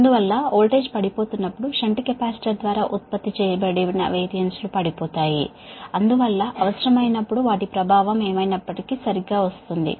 అందువల్ల వోల్టేజ్ తగ్గిపోతున్నప్పుడు shunt capacitor ద్వారా ఉత్పత్తి చేయబడిన VAR లు పడిపోతాయి అందువల్ల అవసరమైనప్పుడు వాటి ప్రభావం ఏమైనప్పటికీ సరిగ్గా వస్తుంది